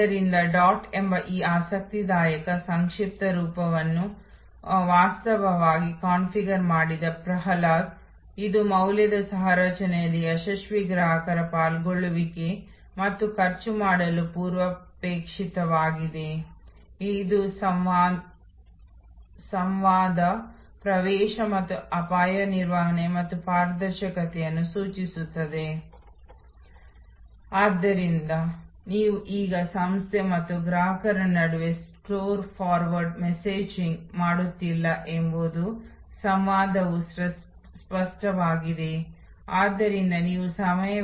ಆದ್ದರಿಂದ ನಿಮ್ಮ ಅಂತರಂಗದಲ್ಲಿ ನಿಮ್ಮ ಅನುಭವಗಳು ನಿಮ್ಮ ಅವಲೋಕನಗಳು ಪರಸ್ಪರ ಉತ್ಕೃಷ್ಟಗೊಳಿಸಬಹುದು ಮತ್ತು ನಾನು ನಿಮ್ಮೆಲ್ಲರಿಂದಲೂ ಕಲಿಯಬಲ್ಲೆ ಆದ್ದರಿಂದ ನೀವು ನಮ್ಮ ವೇದಿಕೆಯನ್ನು ಉತ್ಸಾಹಭರಿತರನ್ನಾಗಿ ಮಾಡಲು ನಾನು ಬಯಸುತ್ತೇನೆ ಕೆಲವು ಅತ್ಯುತ್ತಮ ಕೊಡುಗೆ ನೀಡಿದ್ದಕ್ಕಾಗಿ ನಾನು ಈಗಾಗಲೇ ನಿಮ್ಮೆಲ್ಲರಿಗೂ ತುಂಬಾ ಕೃತಜ್ಞನಾಗಿದ್ದೇನೆ